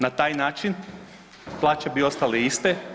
Na taj način plaće bi ostale iste.